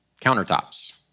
countertops